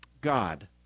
God